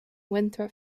winthrop